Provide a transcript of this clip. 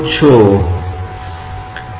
दोनों तरफ से को रद्द कर दिया जाएगा